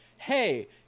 hey